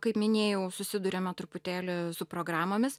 kaip minėjau susiduriame truputėlį su programomis